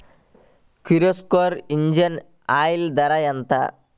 Kirloskar engine oil ధర ఎంత?